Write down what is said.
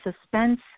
Suspense